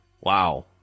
Wow